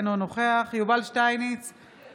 אינו נוכח יובל שטייניץ,